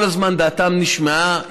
כל הזמן דעתן נשמעה,